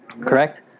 Correct